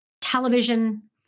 television